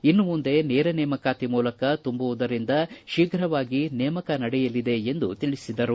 ಇನ್ನು ಮುಂದೆ ನೇರ ನೇಮಕಾತಿ ಮೂಲಕ ತುಂಬುವುದರಿಂದ ಶೀಘವಾಗಿ ನೇಮಕ ನಡೆಯಲಿದೆ ಎಂದು ತಿಳಿಸಿದರು